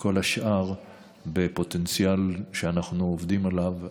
וכל השאר בפוטנציאל שאנחנו עובדים עליו,